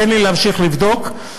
תן לי להמשיך לבדוק,